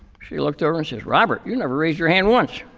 she looked over and says, robert, you never raised your hand once.